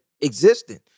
existing